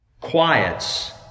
quiets